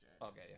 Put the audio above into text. Okay